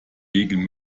legen